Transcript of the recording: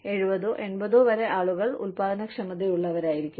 70 ഓ 80 ഓ വരെ ആളുകൾക്ക് ഉൽപാദനക്ഷമതയുള്ളവരായിരിക്കും